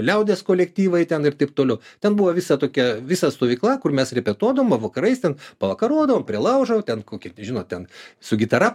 liaudies kolektyvai ten ir taip toliau ten buvo visa tokia visa stovykla kur mes repetuodavom o vakarais ten pavakarodavom prie laužo ten kokį žinot ten su gitara